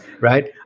right